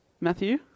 Matthew